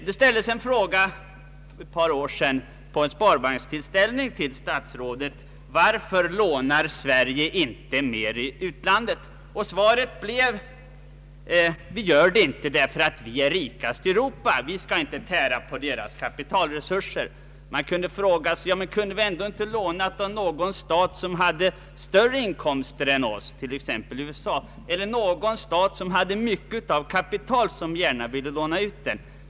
Det ställdes en fråga för ett par år sedan i Ssparbankssammanhang = till statsrådet: Varför lånar Sverige inte mer i utlandet? Svaret blev: Vi gör det inte därför att vi är rikast i Europa, vi skall inte tära på andra länders kapitalresurser. Man frågade: Kunde vi ändå inte låna av någon stat som har större inkomster än vi, t.ex. USA, eller av någon stat som har mycket kapital och gärna vill låna ut det?